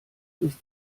ist